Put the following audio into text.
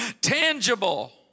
tangible